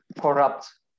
corrupt